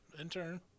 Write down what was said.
intern